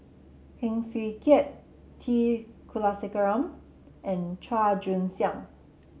Heng Swee Keat T Kulasekaram and Chua Joon Siang